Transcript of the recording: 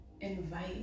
invite